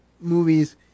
movies